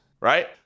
right